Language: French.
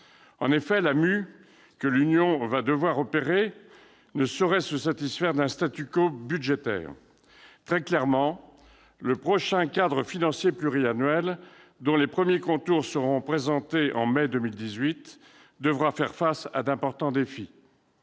En effet, la mue que l'Union européenne va devoir opérer ne saurait se satisfaire d'un budgétaire. Très clairement, le prochain cadre financier pluriannuel, dont les premiers contours seront présentés en mai 2018, devra faire face à d'importants défis.